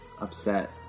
upset